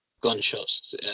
gunshots